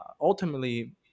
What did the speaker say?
ultimately